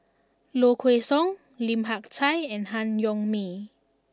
Low Kway Song Lim Hak Tai and Han Yong May